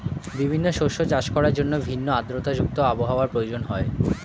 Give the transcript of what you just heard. বিভিন্ন শস্য চাষ করার জন্য ভিন্ন আর্দ্রতা যুক্ত আবহাওয়ার প্রয়োজন হয়